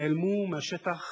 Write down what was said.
נעלמו מהשטח,